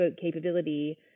capability